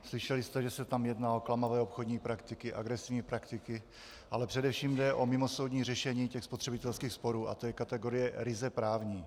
Slyšeli jste, že se tam jedná o klamavé obchodní praktiky, agresivní praktiky, ale především jde o mimosoudní řešení spotřebitelských sporů a to je kategorie ryze právní.